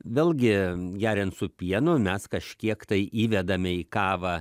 vėlgi geriant su pienu mes kažkiek tai įvedame į kavą